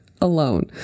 alone